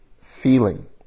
feeling